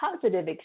positive